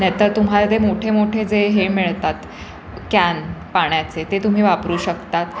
नाही तर तुम्हाला ते मोठे मोठे जे हे मिळतात कॅन पाण्याचे ते तुम्ही वापरू शकतात